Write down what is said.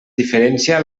diferència